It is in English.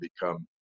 become